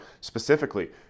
specifically